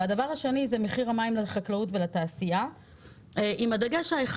הדבר השני זה מחיר המים לחקלאות ולתעשייה עם דגש אחד.